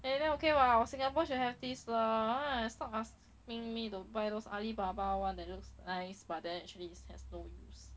eh then then okay what our singapore should have this what want to stop asking me to buy those alibaba one that looks nice but then actually has no use